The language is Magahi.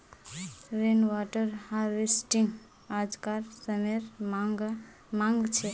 रेन वाटर हार्वेस्टिंग आज्कार समयेर मांग छे